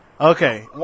Okay